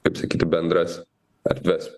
kaip sakyti bendras erdves